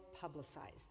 publicized